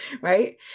right